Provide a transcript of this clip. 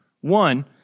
One